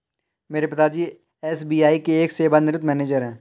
मेरे पिता जी एस.बी.आई के एक सेवानिवृत मैनेजर है